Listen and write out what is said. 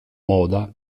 moda